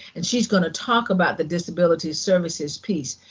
and she's gonna talk about the disability services piece.